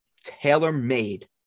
tailor-made